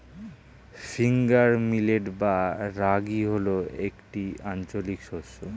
finger millet বা রাগী হল একটি আঞ্চলিক শস্য